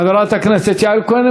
חברת הכנסת חנין זועבי,